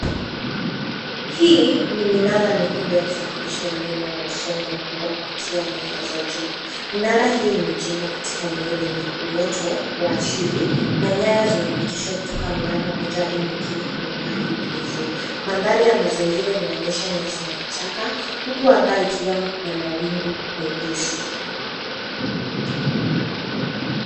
Hii ni minara mikubwa ya kusafirisha umeme wa msongo mkubwa kupitia nyaya za juu. Minara hio imejengwa katika eneo lenye uoto wa asili na nyaya zimepitishwa kutoka mnara mmoja hadi mwingine kwa umbali mrefu. Mandhari ya mazingira inaonyesha nyasi na vichaka, huku anga ikiwa na mawingu mepesi.